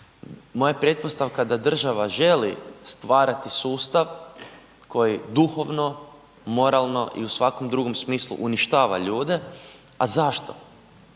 je pretpostavka da država želi stvarati sustav koji duhovno, moralno i u svakom drugom smislu uništava ljude, a zašto,